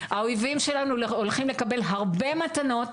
האויבים שלנו הולכים לקבל הרבה מתנות